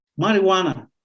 marijuana